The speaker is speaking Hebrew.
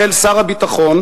החל שר הביטחון,